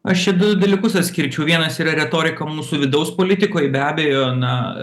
aš čia du dalykus atskirčiau vienas yra retorika mūsų vidaus politikoj be abejo na